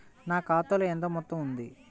నా ఖాతాలో ఎంత మొత్తం ఉంది?